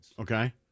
Okay